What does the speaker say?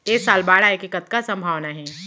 ऐ साल बाढ़ आय के कतका संभावना हे?